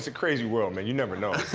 ah crazy world, man. you never know.